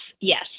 Yes